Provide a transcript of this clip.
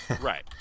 right